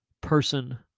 person